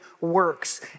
works